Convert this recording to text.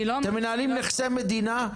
אתם מנהלים מכסה מדינה,